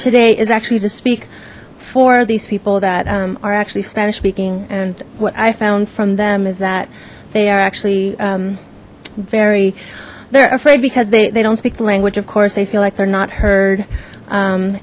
today is actually to speak for these people that are actually spanish speaking and what i found from them is that they are actually very they're afraid because they don't speak the language of course they feel like they're not heard